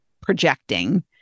projecting